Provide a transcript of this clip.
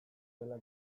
dela